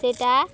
ସେଇଟା